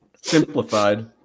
Simplified